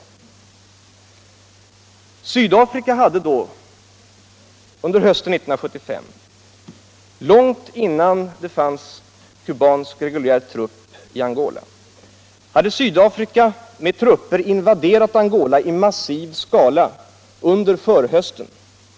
Svdafrika hade då, under förhösten 1975 —- långt innan det fanns kubansk reguljär trupp i Angola — med trupper invaderat södra Angola i massiv skala.